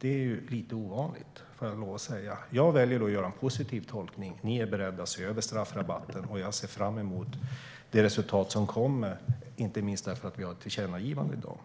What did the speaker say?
Det är lite ovanligt, får jag lov att säga. Jag väljer då att göra en positiv tolkning. Ni är beredda att se över straffrabatten. Jag ser fram emot det resultat som kommer, inte minst eftersom vi har ett tillkännagivande i dag.